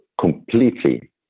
completely